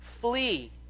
Flee